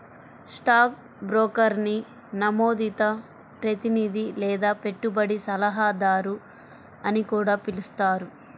stock బ్రోకర్ని నమోదిత ప్రతినిధి లేదా పెట్టుబడి సలహాదారు అని కూడా పిలుస్తారు